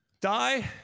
die